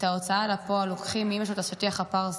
ההוצאה לפועל לוקחים מאימא שלו את השטיח הפרסי,